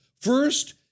First